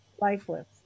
lifeless